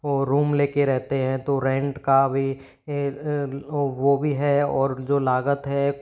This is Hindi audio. वह रूम लेकर रहते हैं तो रेंट का भी वह भी है और जो लागत है